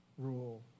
rule